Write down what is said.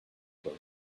were